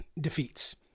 defeats